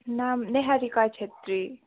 नाम नेहारिका छेत्री